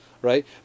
right